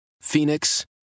Phoenix